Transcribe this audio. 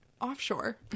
offshore